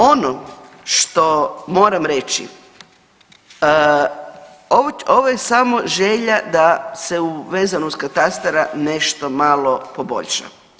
Ono što moram reći ovo je samo želja da se vezano uz katastar nešto malo poboljša.